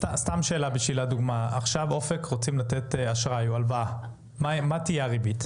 אם אופק רוצים לתת עכשיו הלוואה, מה תהיה הריבית?